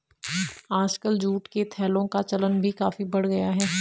आजकल जूट के थैलों का चलन भी काफी बढ़ गया है